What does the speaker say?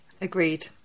Agreed